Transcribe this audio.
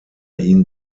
ihn